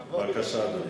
אדוני, בבקשה.